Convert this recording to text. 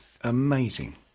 amazing